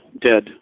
dead